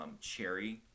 cherry